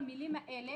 במילים האלה,